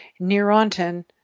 Neurontin